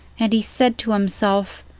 and he said to himself,